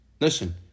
Listen